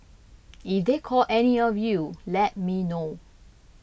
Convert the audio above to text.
if they call any of you let me know